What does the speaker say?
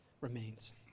remains